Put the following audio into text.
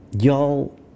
y'all